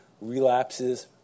Relapses